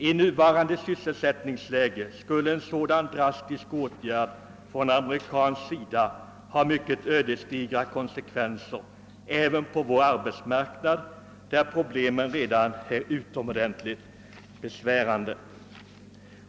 I nuvarande sysselsättningsläge skulle en sådan drastisk åtgärd från amerikansk sida också få mycket ödesdigra kon sekvenser för vår arbetsmarknad, där problemen ju redan är utomordentligt stora.